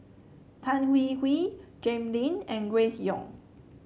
Tan Hwee Hwee Jay Lim and Grace Young